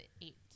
eight